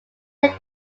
lake